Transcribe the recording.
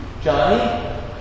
Johnny